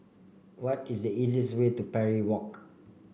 what is the easiest way to Parry Walk